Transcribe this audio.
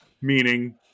meaning